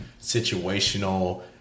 situational